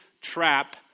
trap